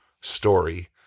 story